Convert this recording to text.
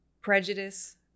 prejudice